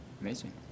amazing